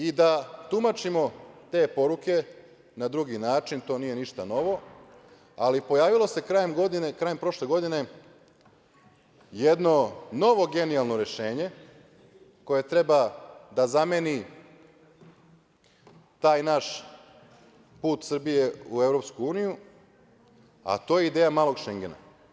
I da tumačimo te poruke na drugi način, to nije ništa novo, ali pojavilo se krajem godine, krajem prošle godine jedno novo genijalno rešenje koje treba da zameni taj naš put Srbije u EU, a to je ideja "malog Šengena"